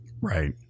Right